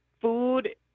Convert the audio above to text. food